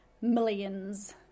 millions